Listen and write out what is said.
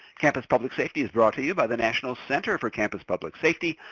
campus public safety is brought to you by the national center for campus public safety,